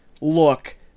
look